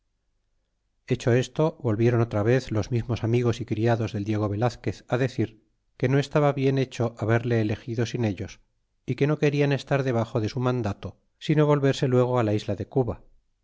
hecho esto volviéron otra vez los mismos amigos y criados del diego velazquez decir que no estaba bien hecho haberle elegido sin ellos é que no querian estar debaxo de su mandado sino volverse luego la isla de cuba